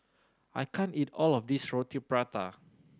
I can't eat all of this Roti Prata